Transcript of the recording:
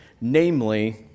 namely